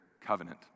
covenant